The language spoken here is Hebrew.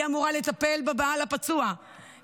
היא אמורה לטפל בבעל הפצוע,